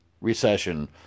recession